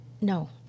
no